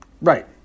Right